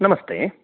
नमस्ते